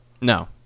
No